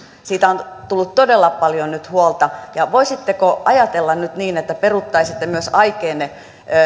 siitä on tullut todella paljon nyt huolta voisitteko ajatella nyt niin että peruuttaisitte myös aikeenne